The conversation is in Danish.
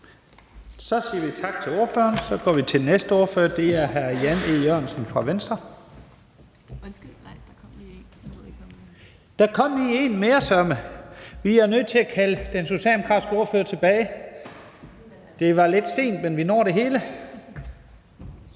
Så siger vi tak til ordføreren og går videre til den næste ordfører, hr. Jan E. Jørgensen fra Venstre. Nej, der kom søreme lige en mere. Vi er nødt til at kalde den socialdemokratiske ordfører tilbage. Så er der en kort